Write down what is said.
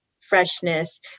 freshness